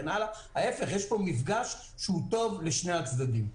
ההפך, יש פה מפגש שהוא טוב לשני הצדדים.